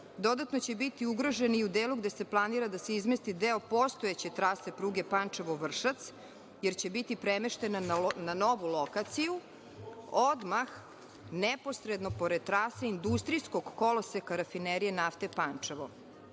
Dodatno će biti ugroženi i u delu gde se planira da se izmesti deo postojeće trase pruge Pančevo-Vršac jer će biti premeštena na novu lokaciju odmah neposredno pored trase industrijskog koloseka Rafinerije nafte Pančevo.